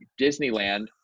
Disneyland